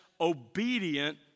obedient